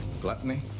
Gluttony